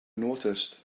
noticed